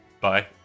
Bye